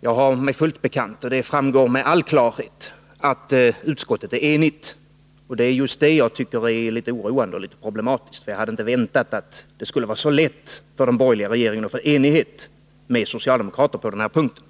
Jag har mig fullt bekant, och det framgår med all klarhet, att utskottet är enigt. Det är just det som jag tycker är oroande och litet problematiskt. Jag hade inte väntat mig att det skulle vara så lätt för den borgerliga regeringen att uppnå enighet med socialdemokraterna på den här punkten.